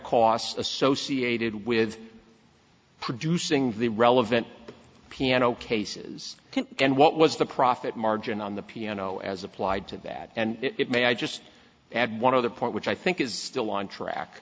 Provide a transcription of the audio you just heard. costs associated with producing the relevant piano cases and what was the profit margin on the piano as applied to that and it may i just add one other point which i think is still on track